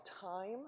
time